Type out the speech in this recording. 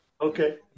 Okay